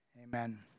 Amen